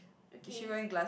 okay